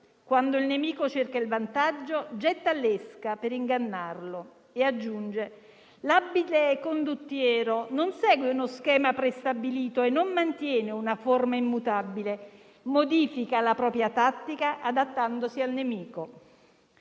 «quando il nemico cerca il vantaggio, getta l'esca per ingannarlo» e prosegue poi affermando che l'abile condottiero non segue uno schema prestabilito e non mantiene una forma immutabile, ma modifica la propria tattica adattandosi al nemico.